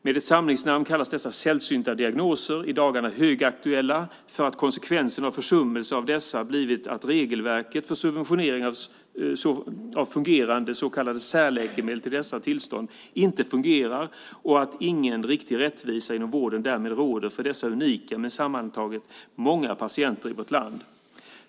Med ett samlingsnamn kallas dessa sjukdomar sällsynta diagnoser - i dagarna högaktuella därför att konsekvensen av försummelser av dessa blivit att regelverket för subventionering av fungerande så kallade särläkemedel för dessa tillstånd inte fungerar och ingen riktig rättvisa inom vården därmed råder för dessa unika men sammantaget många patienter i vårt land.